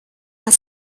are